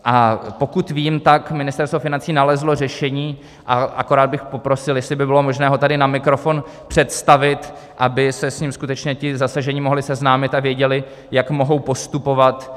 A pokud vím, Ministerstvo financí nalezlo řešení, a akorát bych poprosil, jestli by bylo možné ho tady na mikrofon představit, aby se s ním ti zasažení mohli seznámit a věděli, jak mohou postupovat.